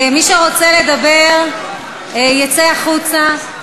מי שרוצה לדבר, יצא החוצה.